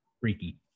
freaky